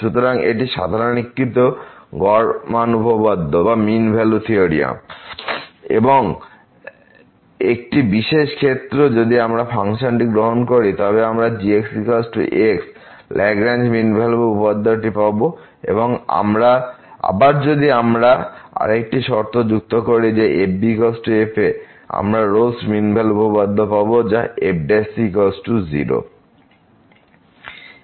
সুতরাং এটি সাধারণীকৃত গড় মান উপপাদ্য এবং একটি বিশেষ ক্ষেত্রে যদি আমরা ফাংশনটি গ্রহণ করি তবে আমরা g x x Lagrange mean value উপপাদ্যটি পাব এবং আবার যদি আমরা আরেকটি শর্ত যুক্ত করি যে f b f আমরা রোল'স মিন ভ্যালু উপপাদ্য পাব যা fc 0